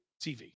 TV